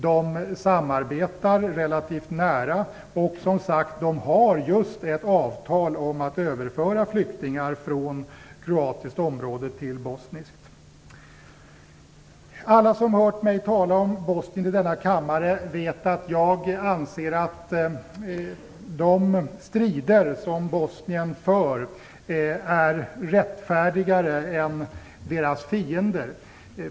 De samarbetar relativt nära, och de har som sagt just ett avtal om att överföra flyktingar från kroatiskt område till bosniskt. Alla som hört mig tala om Bosnien i denna kammare vet att jag anser att de strider som Bosnien för är mer rättfärdiga än de som deras fiender för.